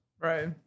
Right